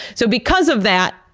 so because of that,